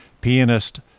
pianist